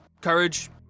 courage